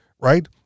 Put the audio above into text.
right